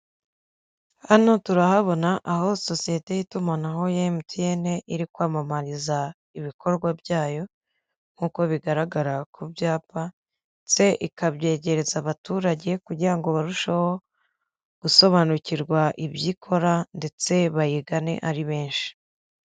Hano turahabona, aho sosiyete y'itumanaho ya MTN iri kwamamariza ibikorwa byayo, nk'uko bigaragara ku byapa, ndetse ikabyegereza abaturage kugira barusheho gusobanukirwa ibyo ikora, ndetse bayigane ari benshi.